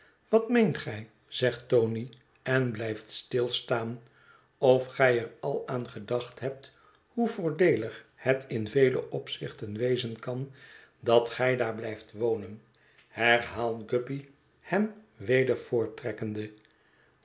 wat meerit gij zegt tony en blijft stilstaan of gij er al aan gedacht hebt hoe voordeelig het in vele opzichten wezen kan dat gij daar blijft wonen herhaalt guppy hem weder